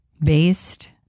based